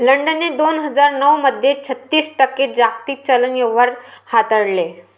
लंडनने दोन हजार नऊ मध्ये छत्तीस टक्के जागतिक चलन व्यवहार हाताळले